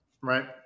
right